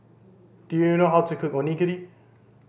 do you know how to cook Onigiri